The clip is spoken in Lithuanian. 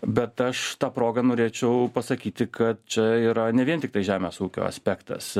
bet aš ta proga norėčiau pasakyti kad čia yra ne vien tiktai žemės ūkio aspektas